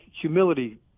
humility